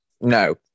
No